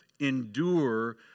endure